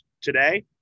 today